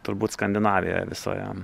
turbūt skandinavijoje visoje